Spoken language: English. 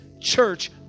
church